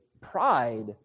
pride